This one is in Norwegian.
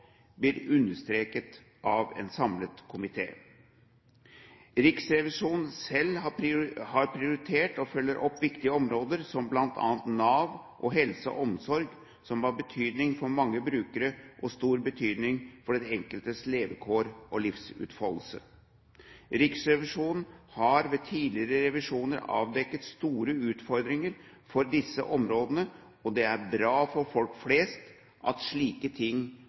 blir understreket av en samlet komité. Riksrevisjonen selv har prioritert og følger opp viktige områder som bl.a. Nav og helse og omsorg, som har betydning for mange brukere og stor betydning for den enkeltes levekår og livsutfoldelse. Riksrevisjonen har ved tidligere revisjoner avdekket store utfordringer på disse områdene, og det er bra for folk flest at slike ting